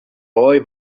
boy